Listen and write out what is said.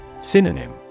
Synonym